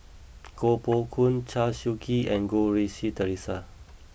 Koh Poh Koon Chew Swee Kee and Goh Rui Si Theresa